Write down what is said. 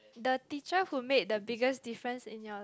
the teacher who made the biggest difference in your life